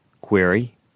Query